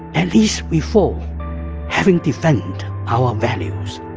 at least we fall having defended our values